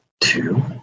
two